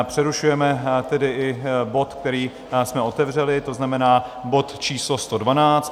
Přerušujeme tedy i bod, který jsme otevřeli, to znamená bod číslo 112.